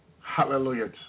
Hallelujah